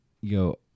Yo